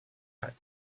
had